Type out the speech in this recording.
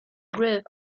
group